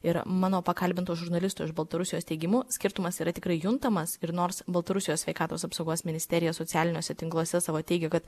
ir mano pakalbintų žurnalistų iš baltarusijos teigimu skirtumas yra tikrai juntamas ir nors baltarusijos sveikatos apsaugos ministerija socialiniuose tinkluose savo teigia kad